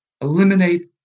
eliminate